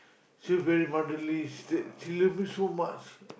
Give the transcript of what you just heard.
she very motherly she say she love me so much